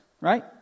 right